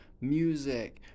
music